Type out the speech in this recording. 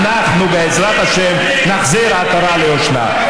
ולא רק לוועדת משנה,